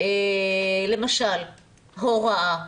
למשל הוראה.